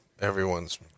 Everyone's